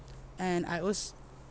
and I als~